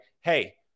Hey